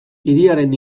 hiriaren